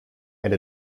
and